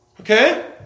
Okay